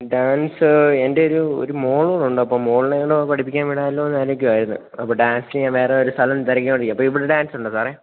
dance എൻ്റെയൊരു ഒരു മോളുകൂടെയുണ്ട് അപ്പോള് മോളെക്കൂടെ പഠിപ്പിക്കാൻ വിടാമല്ലോയെന്ന് ആലോചിക്കുകയായിരുന്നു അപ്പോള് ഡാൻസിന് ഞാന് വേറെയൊരു സ്ഥലം തിരക്കിക്കൊണ്ടിരിക്കുകയാണ് അപ്പോള് ഇവിടെ ഡാൻസ് ഉണ്ടോ സാറേ